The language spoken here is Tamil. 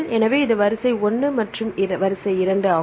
எனவே இது வரிசை 1 இது வரிசை 2 ஆகும்